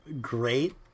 great